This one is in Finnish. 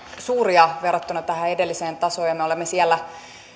suuria verrattuna tähän edelliseen tasoon ja me olemme siellä